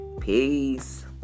Peace